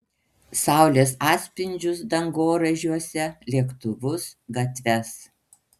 saulės atspindžius dangoraižiuose lėktuvus gatves